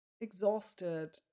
exhausted